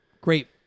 great